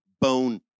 Bone